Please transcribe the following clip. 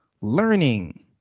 learning